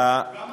הוא גם מקשיב.